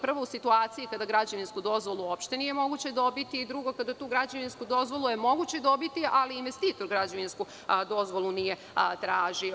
Prvo, u situaciji kada građevinsku dozvolu uopšte nije moguće dobiti i drugo, kada je tu građevinsku dozvolu moguće dobiti, ali investitor građevinsku dozvolu nije tražio.